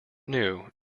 new